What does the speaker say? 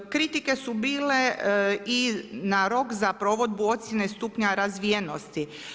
Kritike su bile i na rok, za provedbu ocjenu stupnja razvijenosti.